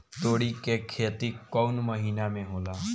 तोड़ी के खेती कउन महीना में होला?